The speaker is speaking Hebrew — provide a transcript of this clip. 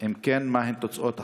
3. אם כן, מהן תוצאות החקירה?